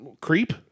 Creep